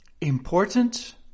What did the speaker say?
Important